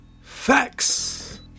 facts